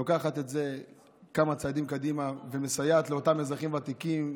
שהיא לוקחת את זה כמה צעדים קדימה ומסייעת לאותם אזרחים ותיקים.